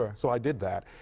ah so i did that,